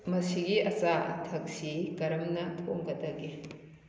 ꯃꯁꯤꯒꯤ ꯑꯆꯥ ꯑꯊꯛꯁꯤ ꯀꯔꯝꯅ ꯊꯣꯡꯒꯗꯒꯦ